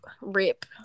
Rip